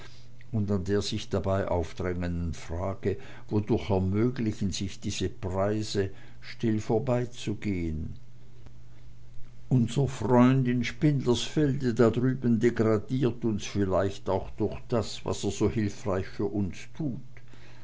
und an der sich dabei aufdrängenden frage wodurch ermöglichen sich diese preise still vorbeizugehen unser freund in spindlersfelde da drüben degradiert uns vielleicht auch durch das was er so hilfreich für uns tut